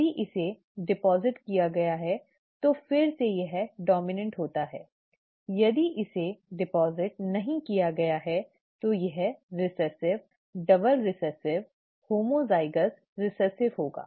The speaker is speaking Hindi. यदि इसे जमा किया गया है तो फिर से यह डोमिनेंट होता है यदि इसे जमा नहीं गया जाता है तो यह recessive double recessive homozygous recessive क्या होगा